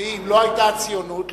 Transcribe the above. אם לא היתה הציונות,